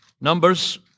Numbers